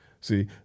See